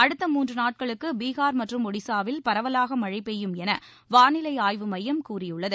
அடுத்த மூன்று நாட்களுக்கு பீகார் மற்றும் ஒடிசாவில் பரவலாக மழை பெய்யும் என வானிலை ஆய்வு மையம் கூறியுள்ளது